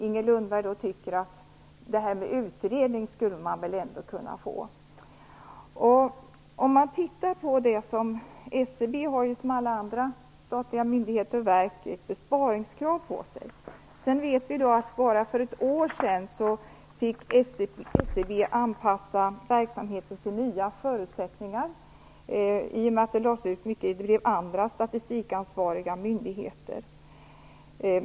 Inger Lundberg menar att man väl ändå skulle kunna få en utredning. SCB har ju som alla andra statliga myndigheter och verk ett besparingskrav på sig. Vi vet också att SCB bara för ett år sedan fick anpassa verksamheten till nya förutsättningar, i och med att det då blev aktuellt också med andra statistikansvariga myndigheter.